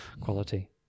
quality